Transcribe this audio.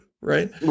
right